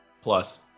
Plus